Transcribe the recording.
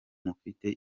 mufite